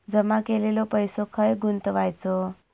जमा केलेलो पैसो खय गुंतवायचो?